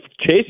Chase